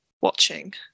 watching